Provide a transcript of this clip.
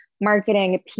marketing